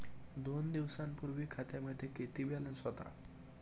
दोन दिवसांपूर्वी खात्यामध्ये किती बॅलन्स होता?